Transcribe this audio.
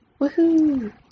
Woohoo